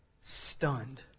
stunned